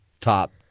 top